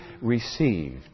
received